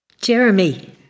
Jeremy